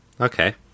Okay